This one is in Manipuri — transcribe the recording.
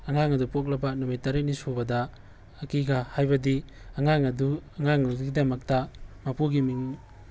ꯑꯉꯥꯡ ꯑꯗꯨ ꯄꯣꯛꯂꯕ ꯅꯨꯃꯤꯠ ꯇꯔꯦꯠꯅꯤ ꯁꯨꯕꯗ ꯑꯀꯤꯒꯥ ꯍꯥꯏꯕꯗꯤ ꯑꯉꯥꯡ ꯑꯗꯨ ꯑꯉꯥꯡ ꯑꯗꯨꯒꯤꯗꯃꯛꯇ ꯃꯄꯨꯒꯤ ꯃꯤꯡ